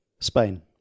Spain